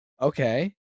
Okay